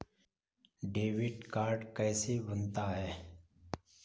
Debit card कैसे बनता है?